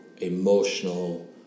emotional